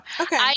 Okay